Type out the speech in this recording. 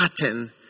pattern